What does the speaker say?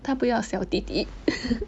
她不要小弟弟